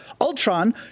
Ultron